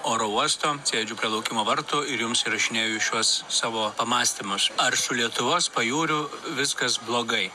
oro uosto sėdžiu prie laukimo vartų ir jums įrašinėju šiuos savo pamąstymus ar su lietuvos pajūriu viskas blogai